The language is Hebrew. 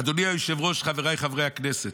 אדוני היושב-ראש, חבריי חברי הכנסת,